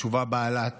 בעלת